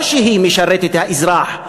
או שהיא משרתת את האזרח,